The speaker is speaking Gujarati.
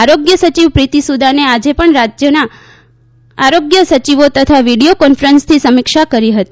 આરોગ્ય સચિવ પ્રિતિ સુદાને આજે પણ રાજ્યોના આરોગ્ય સચિવો સાથે વીડીયો કોન્ફરન્સથી સમીક્ષા કરી હતી